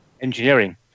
engineering